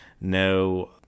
no